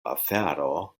afero